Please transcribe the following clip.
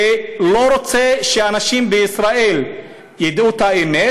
שלא רוצה שאנשים בישראל ידעו את האמת,